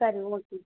சரிங்க ஓகே